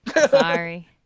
Sorry